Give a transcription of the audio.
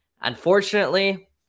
unfortunately